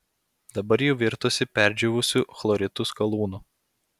dabar ji virtusi perdžiūvusiu chloritų skalūnu